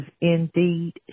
indeed